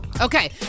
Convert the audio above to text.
Okay